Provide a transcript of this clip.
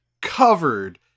covered